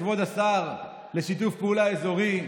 כבוד השר לשיתוף פעולה אזורי,